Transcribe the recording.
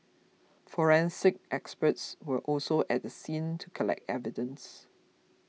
forensic experts were also at the scene to collect evidence